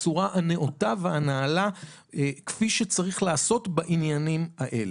בצורה הנאותה והנעלה כפי שצריך לעשות בעניינים האלה.